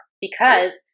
because-